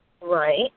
Right